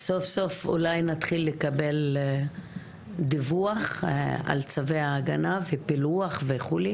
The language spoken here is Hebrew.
אז סוף סוף אולי נתחיל לקבל דיווח על צווי ההגנה ופילוח וכו',